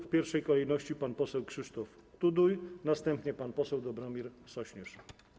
W pierwszej kolejności pan poseł Krzysztof Tuduj, następnie pan poseł Dobromir Sośnierz.